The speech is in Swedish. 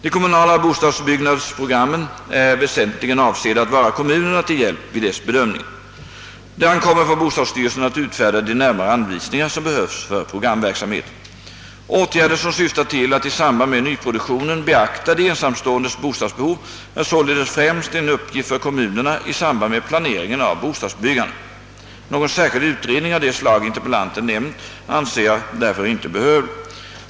De kommunala bostadsbyggnadsprogrammen är väsentligen avsedda att vara kommunerna till hjälp vid dessa bedömningar. Det ankommer på bostadsstyrelsen att utfärda de närmare anvisningar som behövs för programverksamheten. Åtgärder som syftar till att i samband med nyproduktionen beakta de ensamståendes bostadsbehov är således främst en uppgift för kommunerna i samband med planeringen av bostadsbyggandet. Någon särskild utredning av det slag interpellanten nämnt anser jag därför inte behövlig.